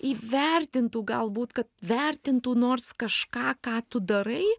įvertintų galbūt kad vertintų nors kažką ką tu darai